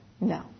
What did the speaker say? No